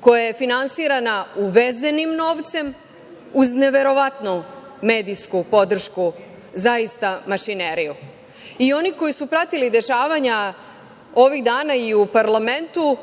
koja je finansirana uvezenim novcem, uz neverovatnu medijsku podršku zaista mašineriju. Oni koji su pratili zaista dešavanja ovih dana i u parlamentu